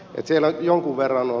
siellä jonkun verran on